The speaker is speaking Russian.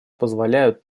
позволяют